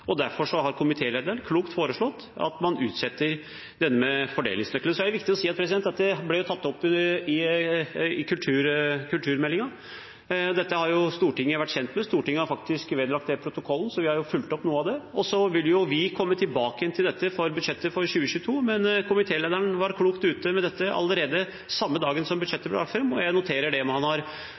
Derfor har komitélederen klokt foreslått at man utsetter det som gjelder fordelingsnøklene. Det er viktig å si at det ble tatt opp i kulturmeldingen. Dette har Stortinget vært kjent med. Stortinget har faktisk vedlagt det protokollen, så vi har fulgt opp noe av det, og så vil vi komme tilbake til det igjen i budsjettet for 2022, men komitélederen var klokt ute med dette allerede samme dag som budsjettet ble lagt fram. Jeg noterer meg det man har